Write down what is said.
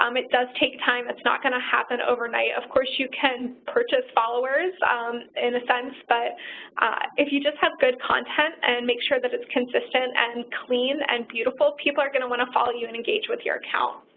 um it does take time. it's not going to happen overnight. of course, you can purchase followers in a sense, but if you just have good content and make sure that it's consistent and clean and beautiful, people are going to want to follow you and engage with your account.